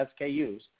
SKUs